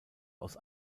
aus